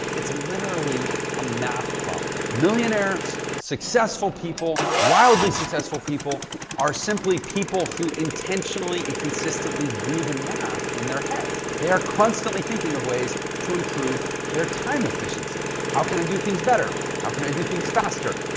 it's literally a math problem. millionaires, successful people, wildly successful people are simply people who intentionally and consistently do the math in their heads. they are constantly thinking of ways to improve their time efficiency. how can i do things better? how can i do things faster?